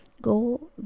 Go